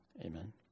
Amen